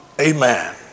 Amen